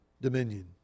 dominion